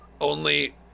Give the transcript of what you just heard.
only